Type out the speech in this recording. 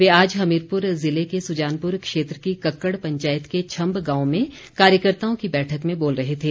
वे आज हमीरपुर जिले के सुजानपुर क्षेत्र की कक्कड़ पंचायत के छम्ब गांव में कार्यकर्ताओं की बैठक में बोल रहे थे